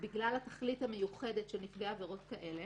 בגלל התכלית המיוחדת של מקרי עבירות כאלה.